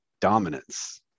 dominance